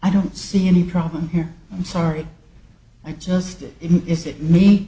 i don't see any problem here i'm sorry i just it is it me